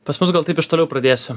pas mus gal taip iš toliau pradėsiu